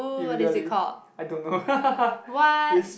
immediately i dont know is